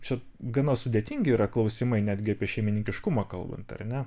čia gana sudėtingi yra klausimai netgi apie šeimininkiškumą kalbant ar ne